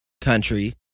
country